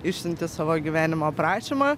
išsiunti savo gyvenimo aprašymą